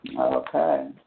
Okay